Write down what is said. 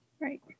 Right